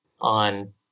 on